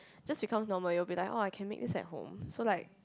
just become normal you will be like oh can make this at home so like